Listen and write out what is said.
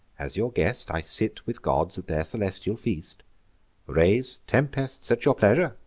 as your guest, i sit with gods at their celestial feast raise tempests at your pleasure,